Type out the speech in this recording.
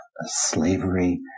slavery